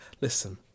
listen